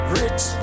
rich